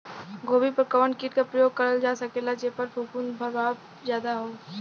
गोभी पर कवन कीट क प्रयोग करल जा सकेला जेपर फूंफद प्रभाव ज्यादा हो?